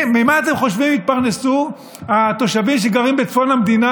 ממה אתם חושבים שיתפרנסו התושבים שגרים בצפון המדינה